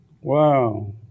Wow